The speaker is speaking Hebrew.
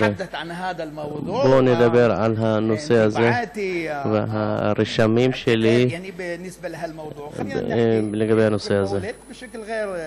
בואו נדבר על הנושא הזה ועל הרשמים שלי לגבי הנושא הזה.